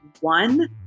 one